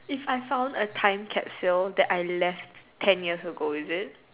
if I found a time capsule that I left turn years ago is it